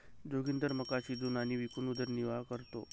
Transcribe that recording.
जोगिंदर मका शिजवून आणि विकून उदरनिर्वाह करतो